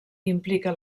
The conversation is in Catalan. implica